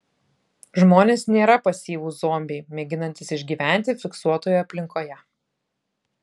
žmonės nėra pasyvūs zombiai mėginantys išgyventi fiksuotoje aplinkoje